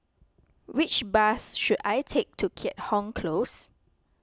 which bus should I take to Keat Hong Close